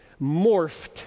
morphed